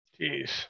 Jeez